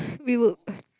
we will hmm